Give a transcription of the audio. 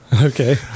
Okay